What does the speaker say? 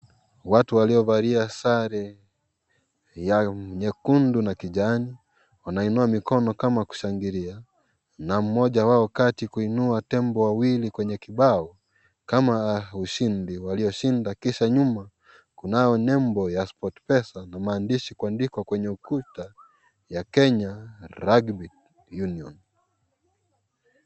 Watu waliovalia sare ya nyekundu na kijani wanainua mikono kama kushangilia na mmoja wao kati kuinua tembo wawili kwenye kibao kama ushidi walioshinda kisha nyuma kunao nembo ya Sport Pesa na maandishi kuandikwa kwenye ukuta ya Kenya Rugby Union .